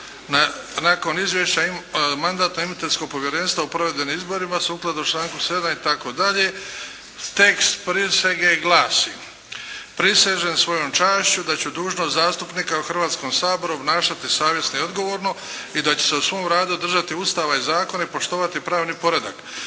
Nakon izvješća Mandatno-imunitetnog povjerenstva o provedenim izborima sukladno članku 7. itd. tekst prisege glasi: "Prisežem svojom čašću da ću dužnost zastupnika u Hrvatskom saboru obnašati savjesno i odgovorno i da ću se u svom radu držati Ustava i zakona i poštovati pravni poredak